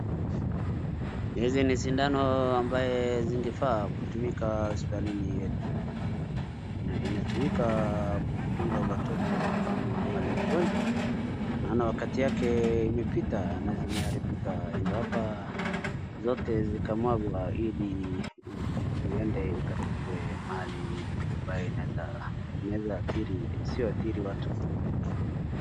Hizi ni sindano ambayo zingefaa kutumika hospitalini yetu na inatumika kwa kudunga watoto ama wale wagonjwa, maana wakati yake imepita na zimeharibika ndio hapa zote zikamwaga ili iende ikatupwe mahali ambayo inaweza isiadhiri watu.